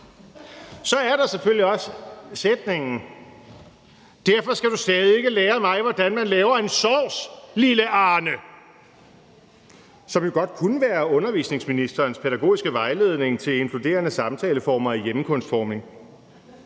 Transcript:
Så er der selvfølgelig også sætningen: »Derfor skal du stadig ikke lære mig, hvordan man laver en sovs, lille Arne!«. Det kunne jo godt være undervisningsministerens pædagogiske vejledning til inkluderende samtaleformer i madkundskab.